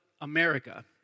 America